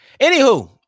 Anywho